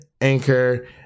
Anchor